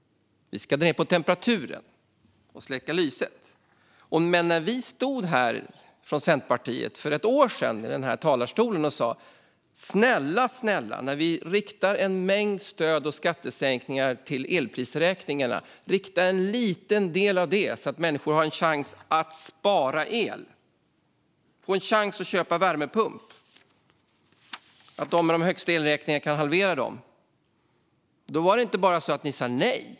Vi ska dra ned på temperaturen och släcka lyset. Men när vi i Centerpartiet för ett år sedan stod i den här talarstolen och sa: Snälla, när vi nu riktar en mängd stöd och skattesänkningar när det gäller elräkningarna, rikta en liten del till att människor ska ha chans att köpa värmepump för att spara el, så att de som har de högsta elräkningarna kan halvera dem. Men då och senare under valkampanjen sa ni andra inte bara nej.